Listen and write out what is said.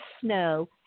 snow